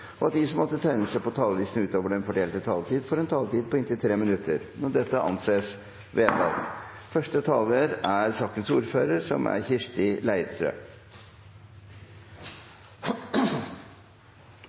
og at de som måtte tegne seg på talerlisten utover den fordelte taletid, får en taletid på inntil 3 minutter. – Det anses vedtatt. Bakgrunnen for forslaget til lovendring i yrkestransportloven er